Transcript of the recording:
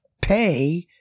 pay